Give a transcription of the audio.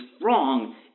wrong